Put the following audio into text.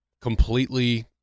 completely